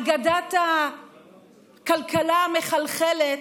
אגדת הכלכלה המחלחלת,